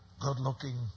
good-looking